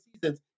seasons